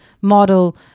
model